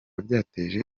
byateje